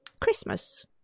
Christmas